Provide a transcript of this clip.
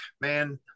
man